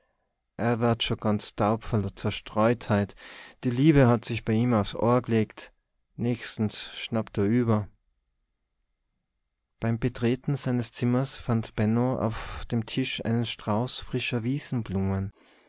schonn ganz daub vor zerstreutheit die lieb hat sich bei em uffs ohr gelegt nächstens schnappt er iwwer beim betreten seines zimmers fand benno auf dem tisch einen strauß frischer